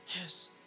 Yes